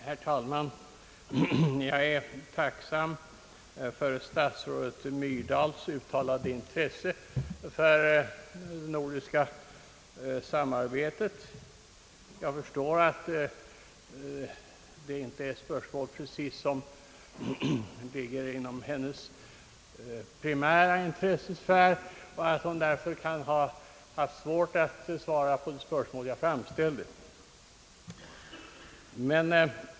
Herr talman! Jag är tacksam för statsrådet Myrdals uttalade intresse för det nordiska samarbetet. Jag förstår emellertid att det inte är spörsmål, som precis ligger inom hennes primära intressesfär, och att hon därför kan ha svårt att besvara de frågor som jag framställde.